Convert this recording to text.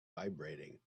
vibrating